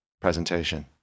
presentation